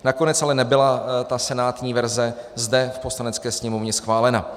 Nakonec ale nebyla ta senátní verze zde v Poslanecké sněmovně schválena.